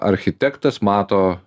architektas mato